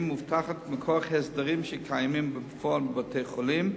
מובטחת מכוח הסדרים שקיימים בפועל בבתי-חולים,